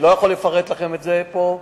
אני לא יכול לפרט לכם את זה פה,